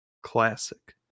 Classic